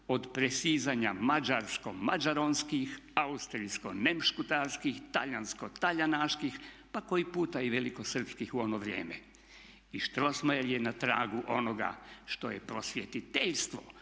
od presizanja mađarskom mađaronskih, austrijsko nemškutarskih, talijansko talijanaških, pa koji puta i velikosrpskih u ono vrijeme. I Strossmayer je na tragu onoga što je prosvjetiteljstvo